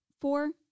four